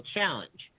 Challenge